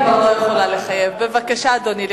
בבקשה, אדוני.